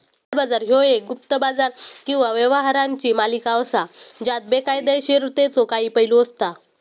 काळा बाजार ह्यो एक गुप्त बाजार किंवा व्यवहारांची मालिका असा ज्यात बेकायदोशीरतेचो काही पैलू असता